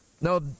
No